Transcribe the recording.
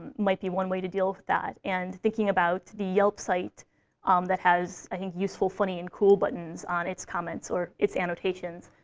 might be one way to deal with that. and thinking about the yelp site um that has, i think, useful, funny, and cool buttons on its comments, or its annotations,